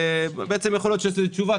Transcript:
יכול להיות שיש תשובה,